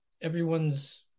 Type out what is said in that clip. everyone's